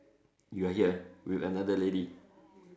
you're here with another lady